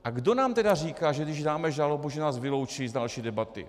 A kdo nám tedy říká, že když dáme žalobu, že nás vyloučí z další debaty?